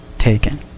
Taken